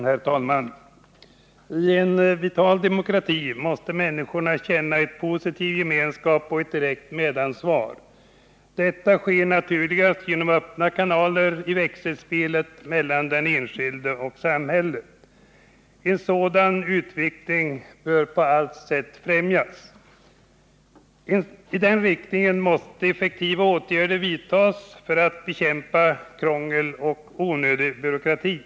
Herr talman! I en vital demokrati måste människorna känna en positiv gemenskap och ett direkt medansvar. Detta sker naturligast genom öppna kanaler i växelspelet mellan den enskilde och samhället. En sådan utveckling bör på allt sätt främjas. I den riktningen måste effektiva åtgärder vidtas för att bekämpa krångel och onödig byråkrati.